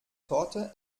torte